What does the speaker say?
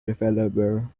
developer